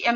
M